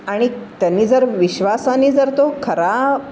आणि त्यांनी जर विश्वासाने जर तो खरा